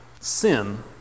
sin